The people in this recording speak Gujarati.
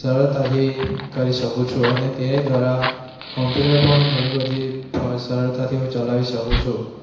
સરળતાથી કરી શકું છું અને તેને દ્વારા કોમ્પ્યુટર પણ ઘણી બધી સરળતાથી ચલાવી શકું છું